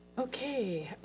okay.